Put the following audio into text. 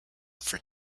for